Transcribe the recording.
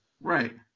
Right